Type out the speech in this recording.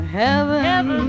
heaven